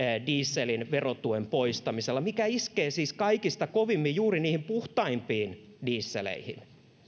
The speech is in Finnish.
dieselin verotuen poistamisella mikä iskee siis kaikista kovimmin juuri niihin puhtaimpiin dieseleihin